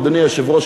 אדוני היושב-ראש,